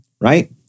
Right